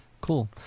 Cool